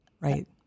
Right